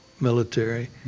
military